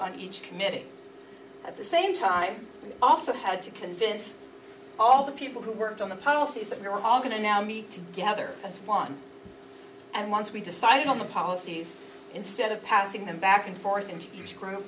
on each committee at the same time we also had to convince all the people who worked on the policies that we were all going to now meet together as one and once we decided on the policies instead of passing them back and forth in